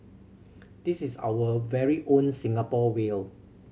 this is our very own Singapore whale